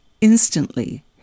instantly